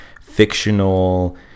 fictional